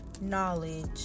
knowledge